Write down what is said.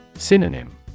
Synonym